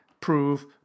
prove